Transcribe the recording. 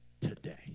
today